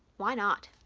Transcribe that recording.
why not?